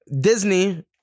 disney